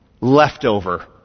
leftover